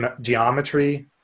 geometry